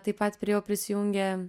taip pat prie jo prisijungė